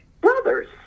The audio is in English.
brothers